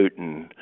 Putin